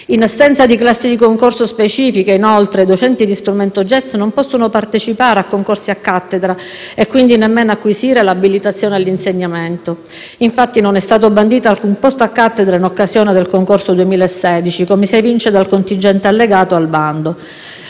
in assenza di classi di concorso specifiche, i docenti di strumento *jazz* non possono partecipare a concorsi a cattedra e quindi nemmeno acquisire l'abilitazione all'insegnamento. Infatti non è stato bandito alcun posto a cattedra in occasione del concorso 2016, come si evince dal contingente allegato al bando,